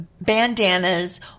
bandanas